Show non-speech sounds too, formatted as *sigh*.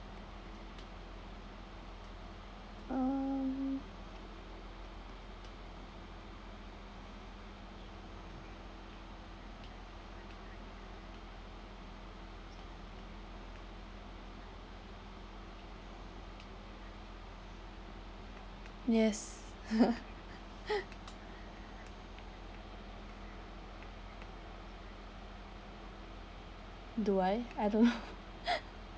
um yes *laughs* do I I don't know *laughs*